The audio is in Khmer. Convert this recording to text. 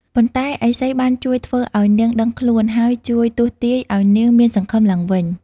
ប៉ុន្តែឥសីបានជួយធ្វើឱ្យនាងដឹងខ្លួន ហើយជួយទស្សន៍ទាយឱ្យនាងមានសង្ឃឹមឡើងវិញ។